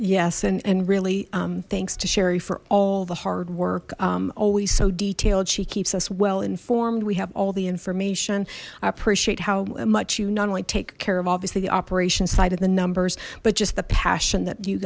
yes and and really thanks to sherry for all the hard work always so detailed she keeps us well informed we have all the information i appreciate how much you not only take care of obviously the operations side of the numbers but just the passion that you